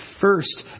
first